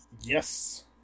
Yes